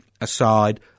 aside